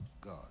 God